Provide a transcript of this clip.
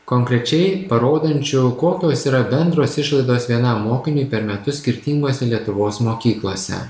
konkrečiai parodančių kokios yra bendros išlaidos vienam mokiniui per metus skirtinguose lietuvos mokyklose